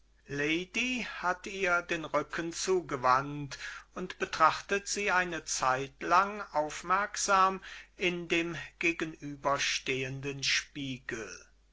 lady hat ihr den rücken zugewandt und betracht sie eine zeit lang aufmerksam in dem gegenüber stehenden spiegel